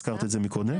הזכרת את זה מקודם.